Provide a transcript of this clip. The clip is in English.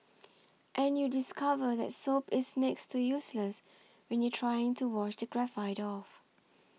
and you discover that soap is next to useless when you're trying to wash the graphite off